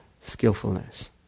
skillfulness